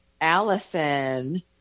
Allison